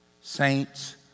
saints